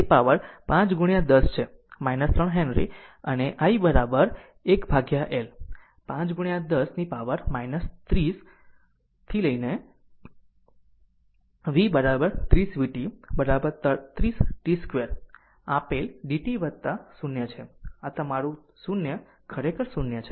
તેથી તે પાવર માટે 5 10 છે 3 હેનરી અને I 1your L that is 5 10 to the power 30 to t third v 30 vt 30 t 2 આપેલ dt વત્તા 0 તે છે તમારું તે 0 ખરેખર 0